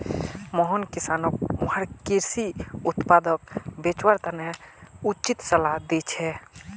मोहन किसानोंक वसार कृषि उत्पादक बेचवार तने उचित सलाह दी छे